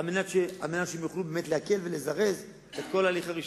כדי שהם באמת יוכלו להקל ולזרז את כל הליך הרישוי.